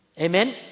Amen